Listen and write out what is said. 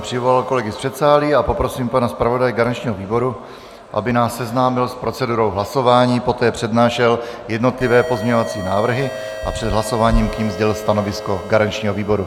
Přivolal jsem kolegy z předsálí a poprosím pana zpravodaje garančního výboru, aby nás seznámil s procedurou hlasování a poté přednášel jednotlivé pozměňovací návrhy a před hlasováním k nim sdělil stanovisko garančního výboru.